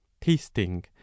tasting